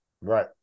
Right